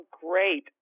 Great